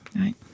Right